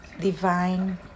divine